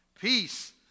Peace